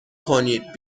کنید